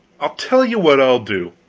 i'll tell you what i'll do.